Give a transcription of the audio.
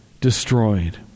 destroyed